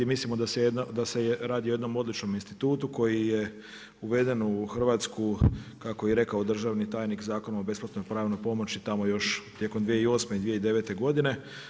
I mislimo da se radi o jednom odličnom institutu koji je uveden u Hrvatsku kako je i rekao državni tajnik Zakonom o besplatnoj pravnoj pomoći tamo još tijekom 2008. i 2009. godine.